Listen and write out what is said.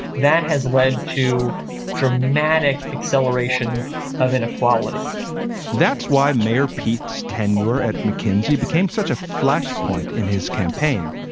that has led to dramatic acceleration of inequality that's why mayor peets tenure at mckinsey became such a flashpoint in his campaign.